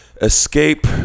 escape